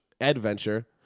adventure